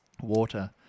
Water